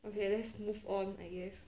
okay let's move on I guess